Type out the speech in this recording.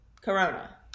Corona